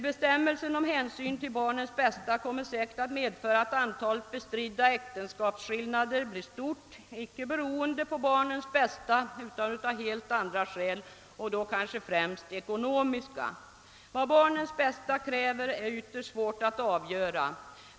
Bestämmelsen om hänsyn till barnens bästa kommer säkert att medföra att antalet bestridda äktenskapsskillnader blir stort, icke av hänsyn till barnens bästa utan av helt andra skäl, då kanske främst ekonomiska. Vad barnens bästa kräver är ytterst svårt att avgöra.